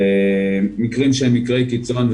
מקרים שהם מקרי קיצון,